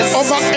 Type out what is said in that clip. over